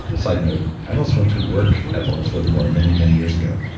side note, i almost went to work at lawrence livermore and many, many years ago.